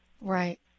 right